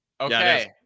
Okay